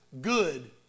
good